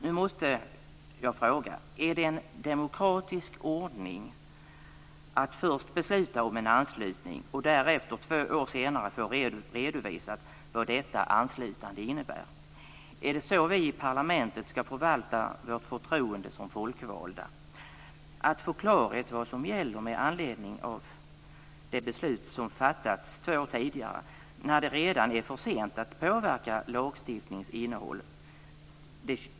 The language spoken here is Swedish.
Nu måste jag fråga: Är det en demokratisk ordning att först besluta om en anslutning och därefter två år senare få redovisat vad detta anslutande innebär? Är det så vi i parlamentet ska förvalta vårt förtroende som folkvalda, att få klarhet i vad som gäller med anledning av det beslut som fattats två år tidigare, när det redan är för sent att påverka lagstiftningens innehåll?